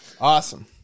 Awesome